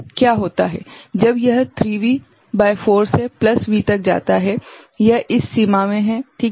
और क्या होता है जब यह 3V भागित 4 से प्लस V तक जाता है यह इस सीमा में ठीक है